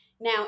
Now